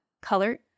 color